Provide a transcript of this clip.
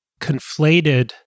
conflated